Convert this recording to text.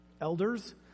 elders